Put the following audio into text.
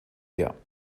her